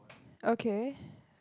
okay